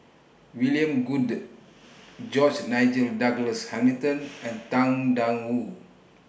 William Goode George Nigel Douglas Hamilton and Tang DA Wu